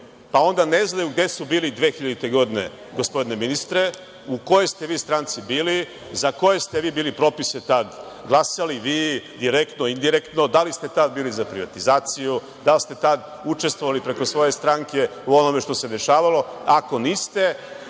pa onda ne znaju gde su bili 2000. godine, gospodine ministre, u kojoj ste vi stranci bili, za koje ste propise tada glasali vi, direktno, indirektno, da li ste tada bili za privatizaciju, da li ste tada učestvovali preko svoje stranke u onome što se dešavalo. Ako niste,